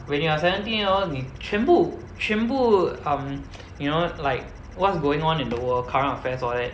when you are seventeen hor 你全部全部 um you know like what's going on in the world current affairs all that